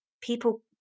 people